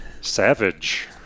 savage